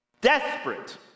Desperate